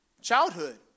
childhood